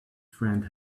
friend